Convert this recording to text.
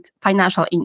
financial